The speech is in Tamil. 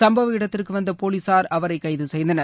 சும்பவ இடத்திற்கு வந்த போலீஸார் அவரை கைது செய்தனர்